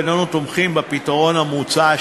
איננו תומכים בפתרון המוצע,